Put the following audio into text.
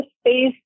space